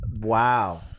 Wow